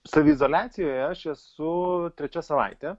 saviizoliacijoje aš esu trečia savaitė